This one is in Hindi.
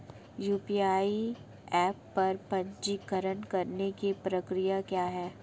यू.पी.आई ऐप पर पंजीकरण करने की प्रक्रिया क्या है?